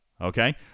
okay